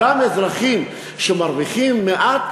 אותם אזרחים שמרוויחים מעט,